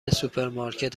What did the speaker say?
سوپرمارکت